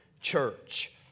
church